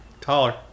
taller